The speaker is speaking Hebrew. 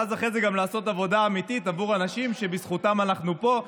ואז אחרי זה גם לעשות את עבודה אמיתית עבור אנשים שבזכותם אנחנו פה.